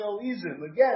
Again